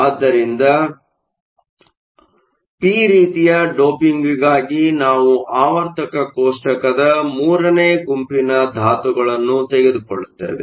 ಆದ್ದರಿಂದ ಪಿ ರೀತಿಯ ಡೋಪಿಂಗ್ಗಾಗಿ ನಾವು ಆವರ್ತಕ ಕೋಷ್ಟಕದ 3ನೇ ಗುಂಪಿನ ಧಾತುಗಳನ್ನು ತೆಗೆದುಕೊಳ್ಳುತ್ತೇವೆ